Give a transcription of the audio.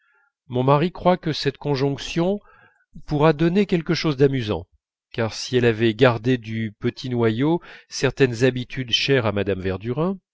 mon mari croit que cette conjonction pourra donner quelque chose d'amusant car si elle avait gardé du petit noyau certaines habitudes chères à mme verdurin